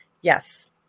yes